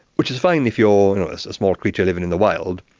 which is fine if you are a small creature living in the wild,